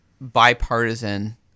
bipartisan